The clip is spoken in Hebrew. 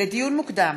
לדיון מוקדם: